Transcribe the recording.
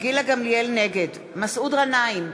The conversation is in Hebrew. נגד מסעוד גנאים,